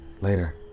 later